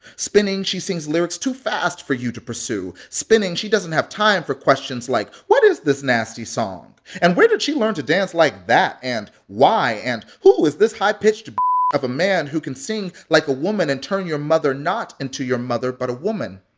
spinning, she sings lyrics too fast for you to pursue. spinning, she doesn't have time for questions like, what is this nasty song? and where did she learn to dance like that and why? and who is this high-pitched of a man who can sing like a woman and turn your mother not into your mother but a woman?